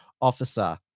officer